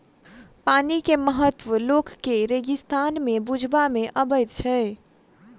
पानिक महत्व लोक के रेगिस्ताने मे बुझबा मे अबैत छै